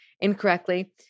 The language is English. incorrectly